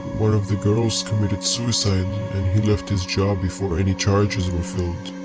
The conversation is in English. one of the girls committed suicide and he left his job before any charges were filed.